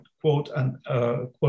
quote-and